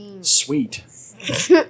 sweet